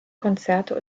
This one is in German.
konzerte